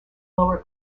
lower